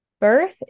birth